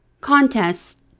Contest